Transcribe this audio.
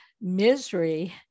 misery